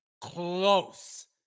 close